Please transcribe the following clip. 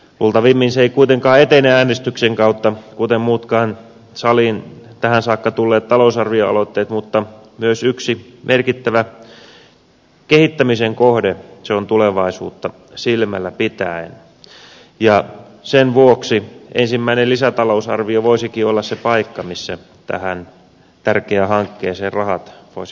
luultavimmin se ei kuitenkaan etene äänestyksen kautta kuten muutkaan saliin tähän saakka tulleet talousarvioaloitteet mutta myös yksi merkittävä kehittämisen kohde se on tulevaisuutta silmällä pitäen ja sen vuoksi ensimmäinen lisätalousarvio voisikin olla se paikka missä tähän tärkeään hankkeeseen rahat voisi osoittaa